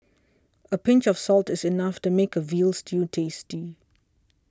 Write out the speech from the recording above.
a pinch of salt is enough to make a Veal Stew tasty